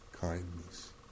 kindness